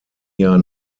jahr